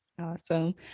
awesome